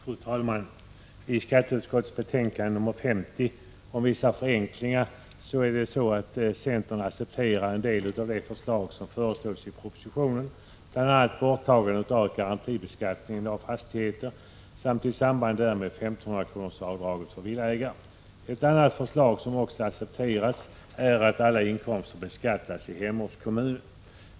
Fru talman! I skatteutskottets betänkande nr 50 om vissa förenklingar har centern accepterat en del av det som föreslås i propositionen, bl.a. borttagandet av garantibeskattningen av fastigheter samt i samband därmed 1 500-kronorsavdraget för villaägare. Ett annat förslag som också accepteras är att alla inkomster beskattas i hemortskommunen.